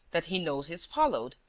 that he knows he's followed,